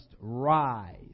rise